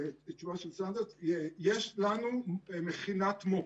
תשובה לסונדוס יש לנו מכינת מו"פ.